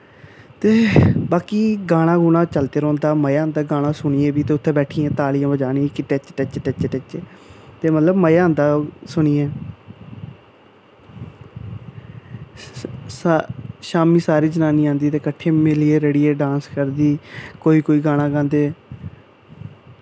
ते बाकी गाना गूना चलदे रौंह्दा मज़ा होंदा गाना सुनियै ते उत्थै बैठियै तालियां बज़ानियां टिच टिच टिच ते मतलब मज़ा औंदा सुनियै शाम्मी सारियां जनानियां औंदियां ते कट्ठै मिलियै रलियै डांस करदे कोई कोई गाना गांदे